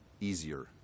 easier